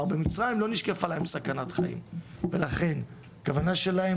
כלומר במצרים לא נשקפה להם סכנת חיים ולכן הכוונה שלהם